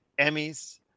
Emmys